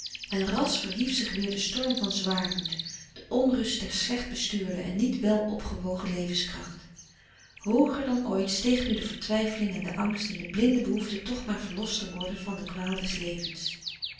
en ras verhief zich weer de storm van zwaarmoed de onrust der slecht bestuurde en niet wel opgewogen levenskracht hooger dan ooit steeg nu de vertwijfeling en de angst en de blinde behoefte toch maar verlost te worden van de kwaal des levens